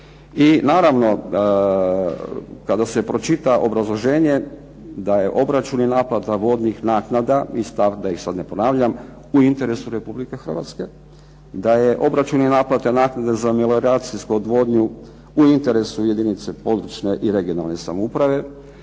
I naravno, kada se pročita obrazloženje da je obračun i naplata vodnih naknada iz stavka da ih sad ne ponavljam u interesu Republike Hrvatske, da je obračun i naplate naknade za melioracijsku odvodnju u interesu jedinice područne i regionalne samouprave,